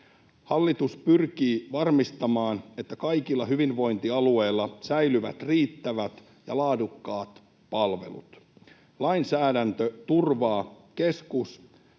Hallitus pyrkii varmistamaan, että kaikilla hyvinvointialueilla säilyvät riittävät ja laadukkaat palvelut. Lainsäädäntö turvaa keskus-